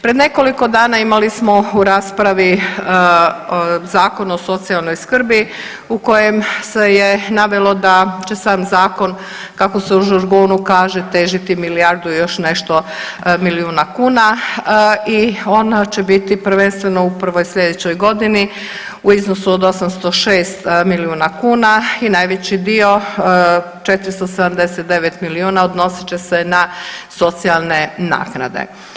Pred nekoliko dana imali smo u raspravi Zakon o socijalnoj skrbi u kojem se je navelo da će sam zakon kako se u žargonu kaže težiti milijardu i još nešto milijuna kuna i ona će biti prvenstveno u prvoj slijedećoj godini u iznosu od 806 milijuna kuna i najveći dio 479 milijuna odnosit će se na socijalne naknade.